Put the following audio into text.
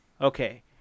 okay